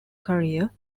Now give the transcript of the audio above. career